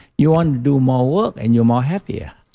you want to do more work and you're more happier